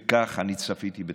וכך אני צפיתי בתלמידיי.